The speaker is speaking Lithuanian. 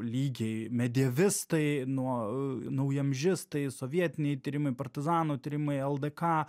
lygiai medievistai nuo naujamžistai sovietiniai tyrimai partizanų tyrimai ldk